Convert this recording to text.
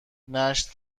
نشت